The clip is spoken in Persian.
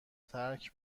ترک